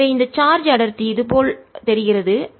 எனவே இந்த சார்ஜ் அடர்த்தி இது போல் தெரிகிறது